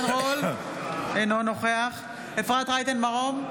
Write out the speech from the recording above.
אינו נוכח אפרת רייטן מרום,